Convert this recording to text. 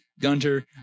Gunter